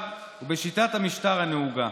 ובשיטת המשטר הנהוגה,